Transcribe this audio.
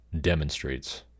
demonstrates